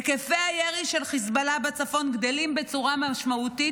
היקפי הירי של חיזבאללה בצפון גדלים בצורה משמעותית,